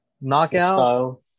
knockout